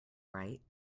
right